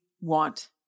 want